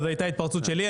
זה הייתה התפרצות שלי,